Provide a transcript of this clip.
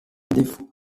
défaut